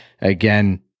again